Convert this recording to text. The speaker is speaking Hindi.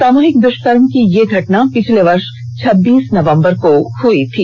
सामूहिक दुष्कर्म की यह घटना पिछले वर्ष छब्बीस नवंबर को हुई थी